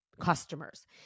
customers